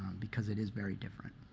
because it is very different.